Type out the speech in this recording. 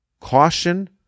caution